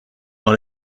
dans